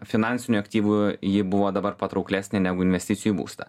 finansinių aktyvų ji buvo dabar patrauklesnė negu investicijų į būstą